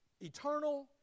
eternal